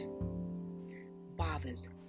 bothers